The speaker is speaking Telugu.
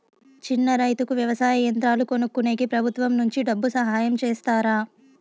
చిన్న రైతుకు వ్యవసాయ యంత్రాలు కొనుక్కునేకి ప్రభుత్వం నుంచి డబ్బు సహాయం చేస్తారా?